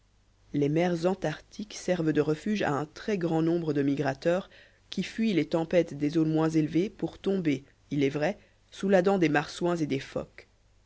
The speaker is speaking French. les mers antarctiques servent de refuge à un très grand nombre de migrateurs qui fuient les tempêtes des zones moins élevées pour tomber il est vrai sous la dent des marsouins et des phoques